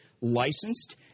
licensed